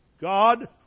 God